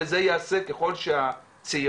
וזה ייעשה ככל שהצעירים,